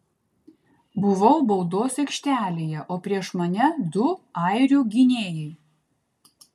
buvau baudos aikštelėje o prieš mane du airių gynėjai